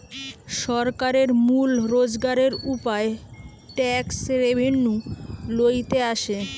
সরকারের মূল রোজগারের উপায় ট্যাক্স রেভেন্যু লইতে আসে